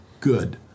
good